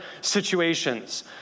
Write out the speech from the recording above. situations